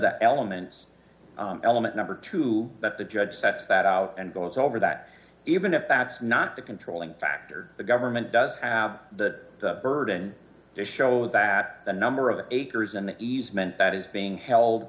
the elements element number two that the judge sets that out and goes over that even if asked not the controlling factor the government does have the burden to show that the number of acres and the easement that is being held